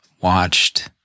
watched